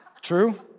True